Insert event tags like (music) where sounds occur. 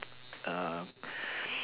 uh (noise)